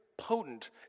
potent